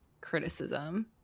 criticism